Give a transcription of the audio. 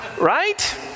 right